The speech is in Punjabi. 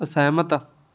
ਅਸਹਿਮਤ